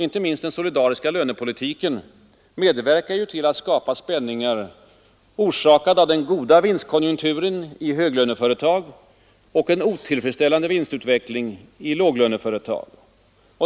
Inte minst den solidariska lönepolitiken medverkar till att skapa spänningar, orsakade av den goda vinstutvecklingen i höglöneföretag och en otillfredställande vinstutveckling i låglöneföretag.